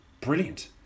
brilliant